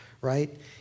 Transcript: right